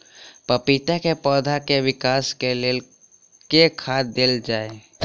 पपीता केँ पौधा केँ विकास केँ लेल केँ खाद देल जाए?